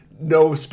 No